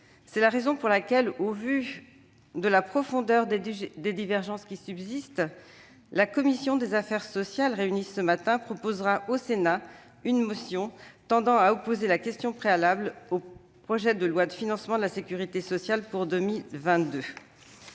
C'est la raison pour laquelle, au vu de la profondeur des divergences qui subsistent, la commission des affaires sociales, qui s'est réunie ce matin, proposera au Sénat une motion tendant à opposer la question préalable au projet de loi de financement de la sécurité sociale pour 2022.